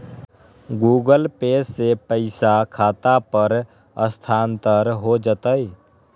Google Pay से पईसा खाता पर स्थानानंतर हो जतई?